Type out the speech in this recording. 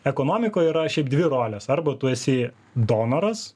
ekonomikoj yra šiaip dvi rolės arba tu esi donoras